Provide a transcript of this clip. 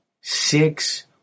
six